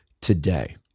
today